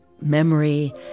memory